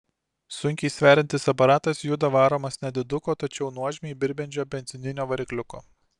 sunkiai sveriantis aparatas juda varomas nediduko tačiau nuožmiai birbiančio benzininio varikliuko